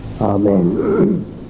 Amen